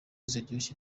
zoroshya